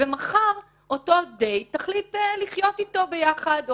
ומחר אותו דייט תחליט גם לחיות איתו יחד או